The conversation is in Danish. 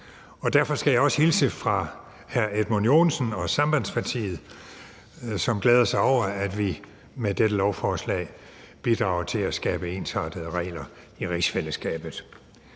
Derfor skal jeg også hilse fra hr. Edmund Joensen og Sambandspartiet, som glæder sig over, at vi med dette lovforslag bidrager til at skabe ensartede regler i rigsfællesskabet.